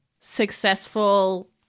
successful